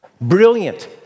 brilliant